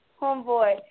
homeboy